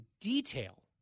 detail